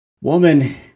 Woman